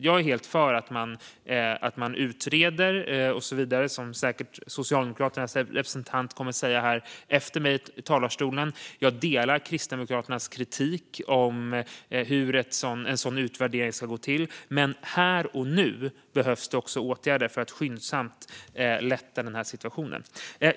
Jag är helt för att man utreder det, något som Socialdemokraternas representant säkert kommer att säga efter mig här i talarstolen, och jag delar Kristdemokraternas kritik gällande hur en sådan utvärdering ska gå till. Men även här och nu behövs det åtgärder för att skyndsamt lätta på situationen.